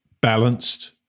balanced